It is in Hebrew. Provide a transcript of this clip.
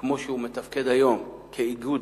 כמו שהוא מתפקד היום כאיגוד